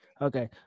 Okay